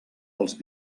als